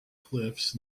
cliffs